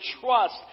trust